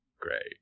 Great